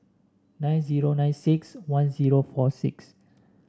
nine zero nine six one zero four six